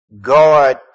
God